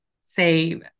say